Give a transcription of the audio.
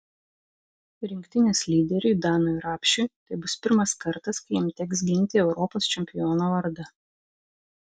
rinktinės lyderiui danui rapšiui tai bus pirmas kartas kai jam teks ginti europos čempiono vardą